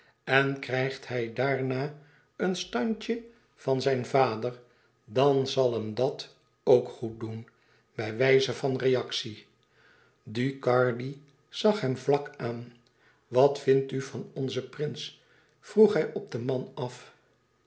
en krijgt hij daarna een standje van zijn vader dan zal hem dat ook goed doen bijwijze van reactie ducardi zag hem vlak aan wat vindt u van onzen prins vroeg hij op den man af